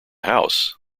house